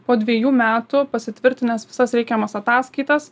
po dvejų metų pasitvirtinęs visas reikiamas ataskaitas